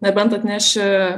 nebent atneši